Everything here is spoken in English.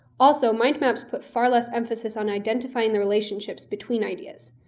also, mind maps put far less emphasis on identifying the relationships between ideas.